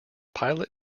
pilot